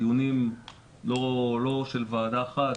דיונים לא של ועדה אחת,